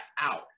out